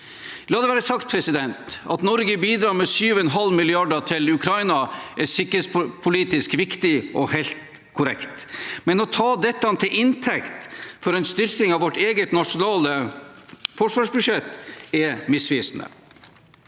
La det være sagt: At Norge bidrar med 7,5 mrd. kr til Ukraina er sikkerhetspolitisk viktig og helt korrekt, men å ta dette til inntekt for en styrking av vårt eget nasjonale forsvarsbudsjett er misvisende.